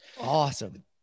Awesome